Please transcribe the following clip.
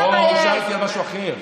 לא, הוא שאל אותי על משהו אחר.